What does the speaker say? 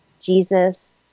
Jesus